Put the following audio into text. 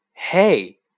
Hey